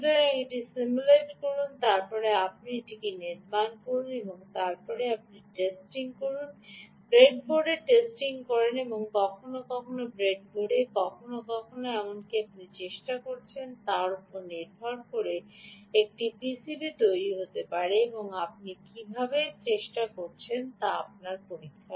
সুতরাং এটি সিমুলেট করুন তারপরে আপনি এটি নির্মাণ করুন এবং তারপরে আপনি টেস্টিং করেন ব্রেডবোর্ডে টেস্টিং করেন এমনকি কখনও কখনও ব্রেডবোর্ডে আপনি কী চেষ্টা করছেন তার উপর নির্ভর করে একটি পিসিবিও তৈরি করতে হতে পারে আপনি কীভাবে চেষ্টা করছেন আপনার পরীক্ষা